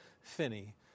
Finney